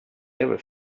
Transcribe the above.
ever